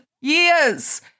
years